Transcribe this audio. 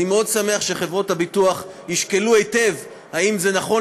אני מאוד שמח שחברות הביטוח ישקלו היטב אם זה נכון